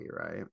right